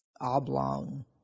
oblong